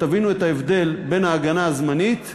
ותבינו את ההבדל בין ההגנה הזמנית,